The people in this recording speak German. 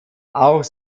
auch